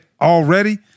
already